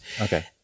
okay